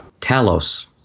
Talos